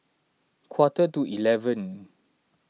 quarter to eleven